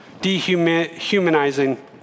dehumanizing